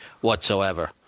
whatsoever